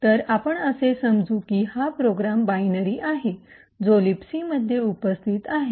तर आपण असे समजू की हा प्रोग्राम बायनरी आहे जो लिबसीमध्ये उपस्थित आहे